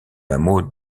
hameau